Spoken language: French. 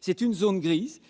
c'est une zone grise,